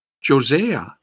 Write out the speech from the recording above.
Josiah